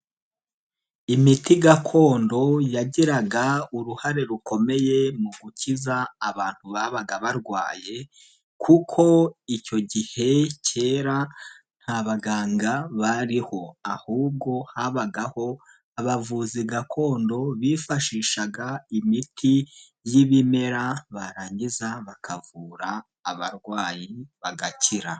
Imiti gakondo yagiraga uruhare rukomeye mu gukiza abantu babaga barwaye kuko icyo gihe kera nta baganga bariho ahubwo habagaho abavuzi gakondo bifashishaga imiti y'ibimera barangiza bakavura abarwayi bagakira.